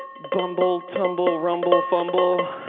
bumble, tumble, rumble, fumble.